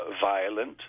violent